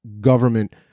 government